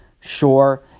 Sure